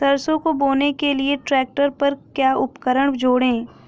सरसों को बोने के लिये ट्रैक्टर पर क्या उपकरण जोड़ें?